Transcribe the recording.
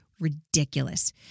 ridiculous